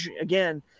again